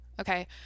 okay